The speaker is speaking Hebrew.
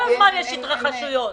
יש התרחשויות.